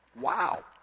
Wow